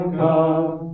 come